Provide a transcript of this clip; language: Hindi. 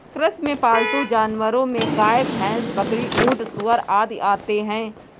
कृषि में पालतू जानवरो में गाय, भैंस, बकरी, ऊँट, सूअर आदि आते है